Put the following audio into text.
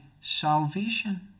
salvation